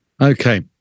Okay